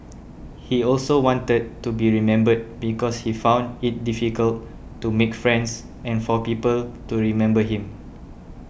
he also wanted to be remembered because he found it difficult to make friends and for people to remember him